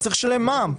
הוא צריך לשלם מע"מ.